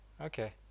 Okay